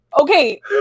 Okay